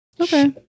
okay